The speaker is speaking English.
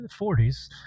40s